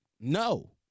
No